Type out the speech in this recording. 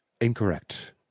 Incorrect